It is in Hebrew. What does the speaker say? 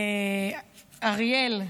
אריאל,